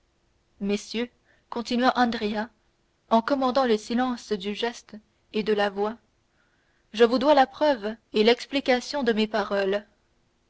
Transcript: messieurs continua andrea en commandant le silence du geste et de la voix je vous dois la preuve et l'explication de mes paroles